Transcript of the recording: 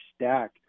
stack